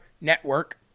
network